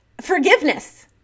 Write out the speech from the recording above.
forgiveness